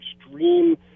extreme